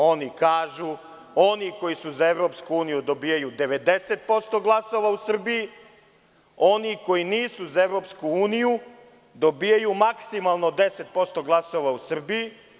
Oni kažu – oni koji su za EU dobijaju 90% glasova u Srbiji, oni koji nisu za EU dobijaju maksimalno 10% glasova u Srbiji.